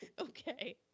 Okay